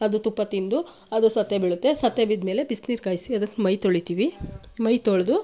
ಅದು ತುಪ್ಪ ತಿಂದು ಅದು ಸತ್ತೆ ಬೀಳುತ್ತೆ ಸತ್ತೆ ಬಿದ್ದಮೇಲೆ ಬಿಸ್ನೀರು ಕಾಯಿಸಿ ಅದಕ್ಕೆ ಮೈ ತೊಳಿತೀವಿ ಮೈ ತೊಳೆದು